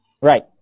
Right